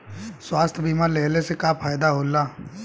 स्वास्थ्य बीमा लेहले से का फायदा होला?